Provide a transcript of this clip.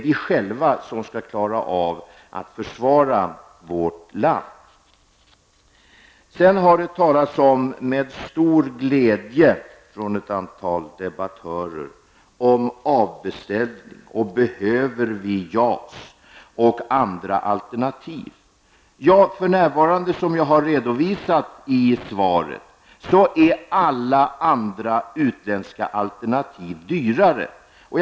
Vi skall själva klara av att försvara vårt land. Det har av ett stort antal debattörer ''med stor glädje'' talats om avbeställning, om behovet av JAS och andra alternativ. Ja, som jag har redovisat i svaret är alla andra utländska alternativ för närvarande dyrare.